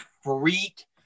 freak